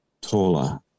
taller